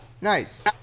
Nice